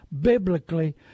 biblically